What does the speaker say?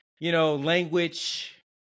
language